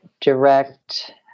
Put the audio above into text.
direct